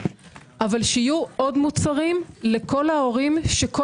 אבל שיהיו עוד מוצרים לכל ההורים שכל